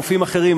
או גופים אחרים,